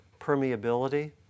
permeability